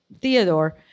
Theodore